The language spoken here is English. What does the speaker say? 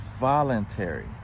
voluntary